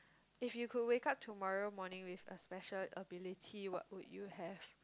if you could wake up tomorrow morning with a special ability what would you have